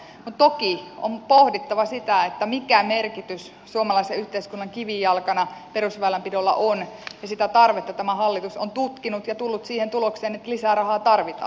mutta toki on pohdittava sitä mikä merkitys suomalaisen yhteiskunnan kivijalkana perusväylänpidolla on ja sitä tarvetta tämä hallitus on tutkinut ja tullut siihen tulokseen että lisää rahaa tarvitaan